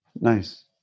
Nice